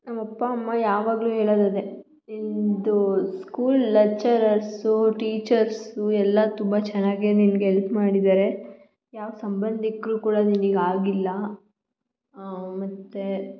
ನಮ್ಮ ಅಪ್ಪ ಅಮ್ಮ ಯಾವಾಗಲೂ ಹೇಳೋದದೇ ನಿನ್ನದು ಸ್ಕೂಲ್ ಲೆಚ್ಚರರ್ಸೂ ಟೀಚರ್ಸು ಎಲ್ಲ ತುಂಬ ಚೆನ್ನಾಗಿ ನಿನಗೆ ಹೆಲ್ಪ್ ಮಾಡಿದ್ದಾರೆ ಯಾವ ಸಂಬಂಧಿಕರೂ ಕೂಡ ನಿನಿಗೆ ಆಗಿಲ್ಲ ಮತ್ತು